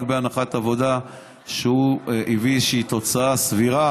רק בהנחת עבודה שהוא הביא איזושהי תוצאה סבירה.